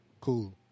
Cool